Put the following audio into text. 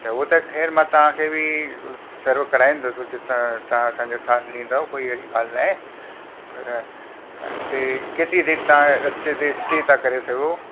त उहो त ख़ैरु मां तव्हांखे बि सर्व कराईंदुसि हुते त तव्हां असांजो साथ ॾींदो कोई अहिड़ी ॻाल्हि न आहे पर हुते केतिरी देरि तव्हां रस्ते ते स्टे त करे सघो